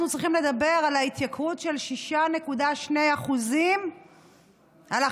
אנחנו צריכים לדבר על ההתייקרות של 6.2% של החשמל.